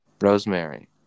rosemary